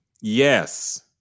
Yes